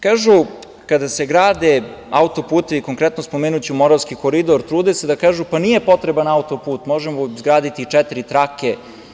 Kažu kada se grade auto-putevi, konkretno ću spomenuti Moravski Koridor, trude se da kažu – pa, nije potreban auto-put, možemo izgraditi i četiri trake.